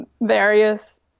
various